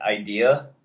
idea